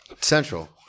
Central